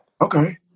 okay